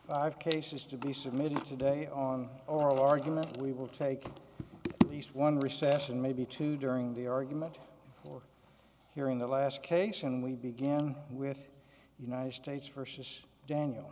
right cases to be submitted today on oral argument we will take at least one recession maybe two during the argument or hearing the last case and we begin with united states for sheesh daniel